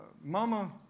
Mama